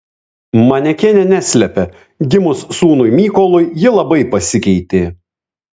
manekenė neslepia gimus sūnui mykolui ji labai pasikeitė